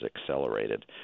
accelerated